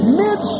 mid